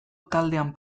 taldean